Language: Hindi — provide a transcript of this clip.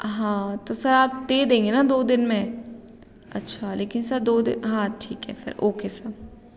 हाँ तो सर आप दे देंगे ना दो दिन में अच्छा लेकिन सर दो दिन हाँ ठीक है फ़िर ओ के सर